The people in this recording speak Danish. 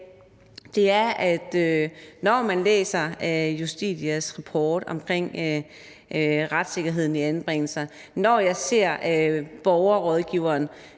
enige. Når jeg læser Justitias rapport omkring retssikkerheden i anbringelser; når jeg ser Borgerrådgiveren